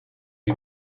die